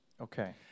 Okay